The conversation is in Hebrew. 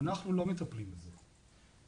אנחנו לא מטפלים בזה.